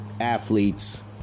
athletes